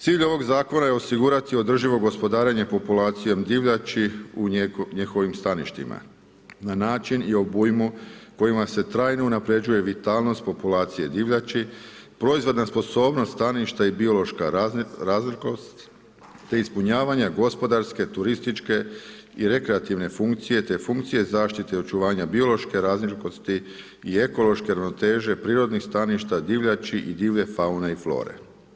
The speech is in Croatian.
Cilj ovog zakona je osigurati održivo gospodarenje populacije divljači u njihovim staništima, na način i obujmu kojima se trajno unapređuje vitalnost populacije divljači, proizvodna sposobnost staništa i biološka razlikost, te ispunjavanje gospodarske, turističke i rekreativne funkcije, te funkcije zaštite očuvanje biološke razlikovnosti i ekološke ravnoteže prirodnih staništa divljači i divlje faune i flore.